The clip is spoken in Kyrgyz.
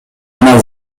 жана